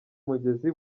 mugezi